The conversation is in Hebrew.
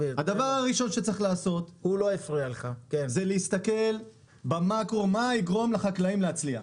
הדבר הראשון שצריך לעשות זה להסתכל במאקרו מה יגרום לחקלאים להצליח.